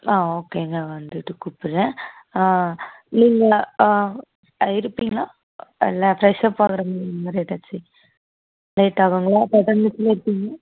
ஆ ஓகேங்க வந்துட்டு கூப்புடுறேன் ஆ நீங்கள் ஆ இருப்பீங்களா இல்லை ஃபிரெஷ் அப் ஆகணும் அந்த மாதிரி ஏதாச்சு லேட் ஆகுங்களா ஒரு தேர்ட்டி மினிட்ஸில் இருப்பீங்களா